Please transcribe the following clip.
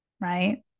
right